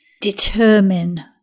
determine